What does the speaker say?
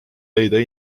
leida